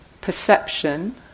perception